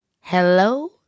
hello